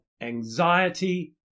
anxiety